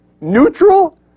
Neutral